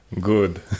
Good